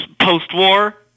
post-war